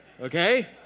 okay